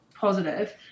positive